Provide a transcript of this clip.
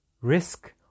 risk